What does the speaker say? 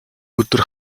өдөр